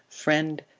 friend,